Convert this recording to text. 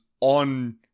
on